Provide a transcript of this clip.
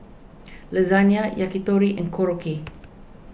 Lasagna Yakitori and Korokke